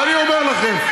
ואני אומר לכם,